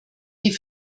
die